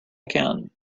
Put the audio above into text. can